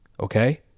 Okay